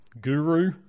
guru